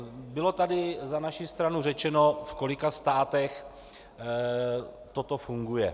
Bylo tady za naši stranu řečeno, v kolika státech toto funguje.